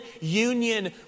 union